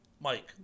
Mike